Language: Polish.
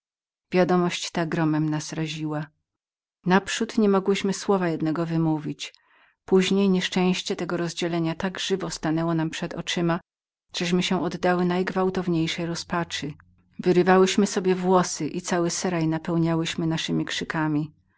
wiadomość ta gromem nas raziła naprzód niemogłyśmy słowa jednego wymówić później nieszczęście tego rozdzielenia tak żywo przedstawiło się przed naszemi oczyma żeśmy się oddały najgwałtowniejszej rozpaczy wyrywałyśmy sobie włosy i cały seraj rozlegał się naszemi krzykami